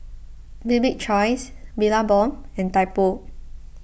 Bibik's Choice Billabong and Typo